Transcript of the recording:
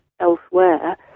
elsewhere